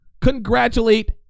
congratulate